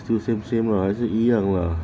still same same lah 还是一样 lah